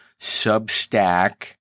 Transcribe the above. Substack